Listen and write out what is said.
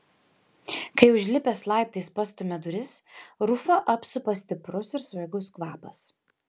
kai užlipęs laiptais pastumia duris rufą apsupa stiprus ir svaigus kvapas